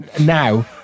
now